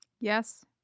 Yes